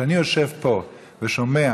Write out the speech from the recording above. כשאני יושב פה ושומע